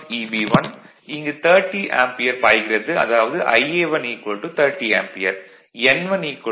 Eb1 இங்கு 30 ampere பாய்கிறது அதாவது Ia1 30 ஆம்பியர் n1 600 ஆர்